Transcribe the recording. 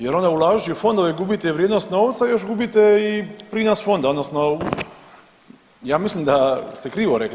Jer onda ulažući u fondove gubite i vrijednost novca i još gubite i prinos fonda odnosno ja mislim da ste krivo rekli.